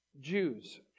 Jews